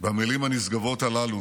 במילים הנשגבות הללו